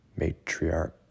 matriarch